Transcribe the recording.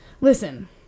Listen